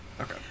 Okay